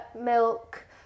milk